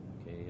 okay